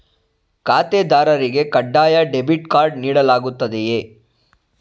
ಖಾತೆದಾರರಿಗೆ ಕಡ್ಡಾಯ debit card ನೀಡಲಾಗುತ್ತದೆಯೇ?